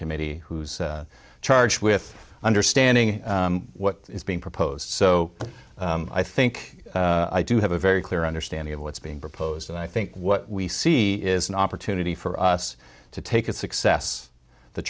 committee who's charged with understanding what is being proposed so i think i do have a very clear understanding of what's being proposed and i think what we see is an opportunity for us to take a success the